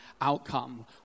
outcome